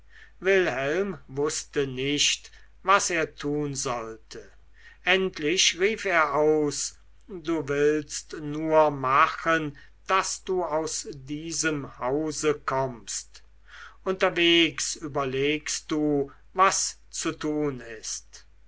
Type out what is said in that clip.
wilhelm wußte nicht was er tun sollte endlich rief er aus du willst nur machen daß du aus diesem hause kommst unterweges überlegst du was zu tun ist